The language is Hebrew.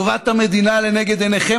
טובת המדינה לנגד עיניכם,